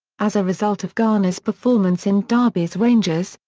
as a result of garner's performance in darby's rangers,